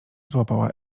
złapała